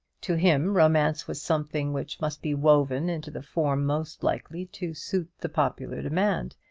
to him romance was something which must be woven into the form most likely to suit the popular demand.